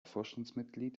vorstandsmitglied